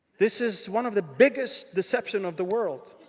this is one of the biggest deceptions of the world.